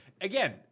again